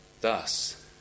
Thus